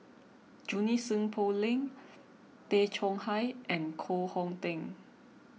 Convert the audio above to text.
Junie Sng Poh Leng Tay Chong Hai and Koh Hong Teng